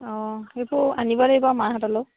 অঁ সেইবোৰ আনিব লাগিব মাহঁতলৈয়ো